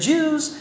Jews